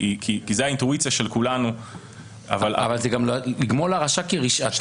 כי זו האינטואיציה של כולנו --- זה לגמול לרשע כרשעתו.